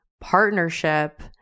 partnership